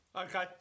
okay